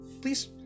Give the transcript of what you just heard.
please